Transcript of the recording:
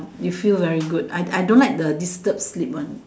you feel very good I I don't like the disturbed sleep one